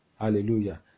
Hallelujah